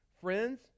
friends